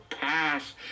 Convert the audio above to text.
pass